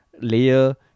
layer